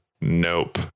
Nope